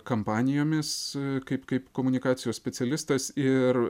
kampanijomis kaip kaip komunikacijos specialistas ir